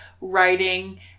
writing